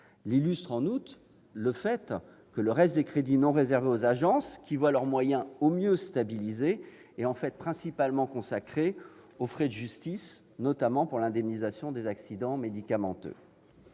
l'illustrent parfaitement. Le fait que le reste des crédits non réservés aux agences, qui voient leurs moyens au mieux stabilisés, soit en fait principalement consacré aux frais de justice, notamment pour l'indemnisation des accidents médicamenteux,